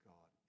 God